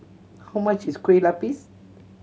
how much is Kueh Lapis